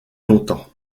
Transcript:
longtemps